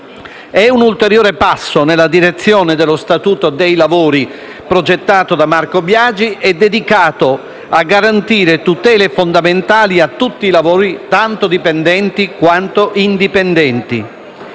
di un ulteriore passo nella direzione dello statuto dei lavori progettato da Marco Biagi e dedicato a garantire tutele fondamentali a tutti i lavori, tanto dipendenti quanto indipendenti.